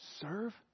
serve